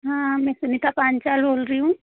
हाँ मैं सेमिका पांचाल बोल रही हूँ